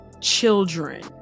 children